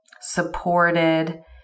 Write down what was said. supported